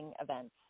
events